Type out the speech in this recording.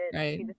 right